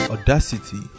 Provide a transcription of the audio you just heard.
Audacity